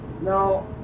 Now